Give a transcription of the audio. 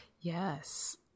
Yes